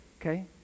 okay